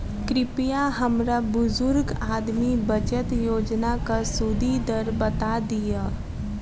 कृपया हमरा बुजुर्ग आदमी बचत योजनाक सुदि दर बता दियऽ